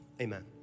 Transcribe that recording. Amen